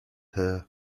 her